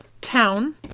town